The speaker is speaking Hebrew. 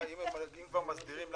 אם כבר מסדירים,